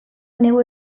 neu